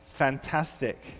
Fantastic